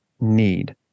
need